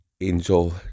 Angel